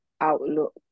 outlook